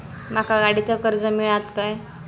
माका गाडीचा कर्ज मिळात काय?